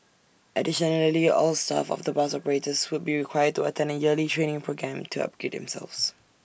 additionally all staff of the bus operators would be required to attend A yearly training programme to upgrade themselves